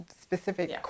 specific